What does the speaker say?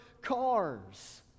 cars